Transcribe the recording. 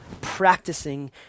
practicing